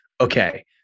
okay